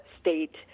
state